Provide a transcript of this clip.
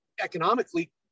economically